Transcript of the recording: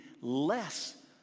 less